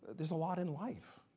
there's a lot in life.